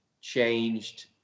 changed